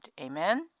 Amen